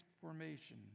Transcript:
transformation